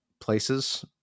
places